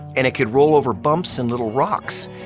and it could roll over bumps and little rocks.